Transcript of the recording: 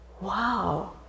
wow